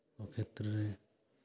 ᱠᱷᱮᱛᱨᱮ ᱨᱮ